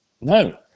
No